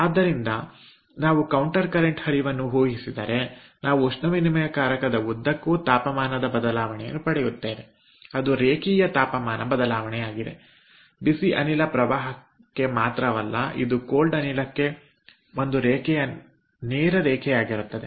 ಆದ್ದರಿಂದ ನಾವು counter current ಹರಿವನ್ನು ಊಹಿಸಿದರೆ ನಾವು ಉಷ್ಣವಿನಿಮಯಕಾರಕದ ಉದ್ದಕ್ಕೂ ತಾಪಮಾನ ಬದಲಾವಣೆಯನ್ನು ಪಡೆಯುತ್ತೇವೆ ಅದು ರೇಖೀಯ ತಾಪಮಾನ ಬದಲಾವಣೆಯಾಗಿದೆ ಬಿಸಿ ಅನಿಲ ಪ್ರವಾಹಕ್ಕೆ ಮಾತ್ರವಲ್ಲ ಇದು ತಣ್ಣನೆಯ ಅನಿಲಕ್ಕೆ ಒಂದು ರೇಖೆಯ ನೇರ ರೇಖೆಯಾಗಿರುತ್ತದೆ